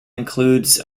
includes